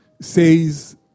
says